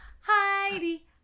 Heidi